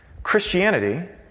Christianity